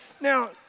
Now